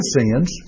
sins